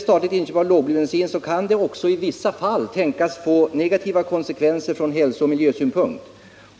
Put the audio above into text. Statliga inköp av lågblybensin kan också i vissa fall tänkas få negativa konsekvenser från hälsooch miljösynpunkt.